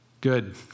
Good